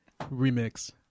remix